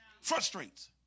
Frustrates